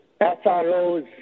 SROs